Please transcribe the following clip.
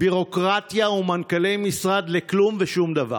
ביורוקרטיה ומנכ"לי משרד לכלום ושום דבר,